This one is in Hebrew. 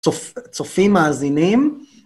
צופים מאזינים.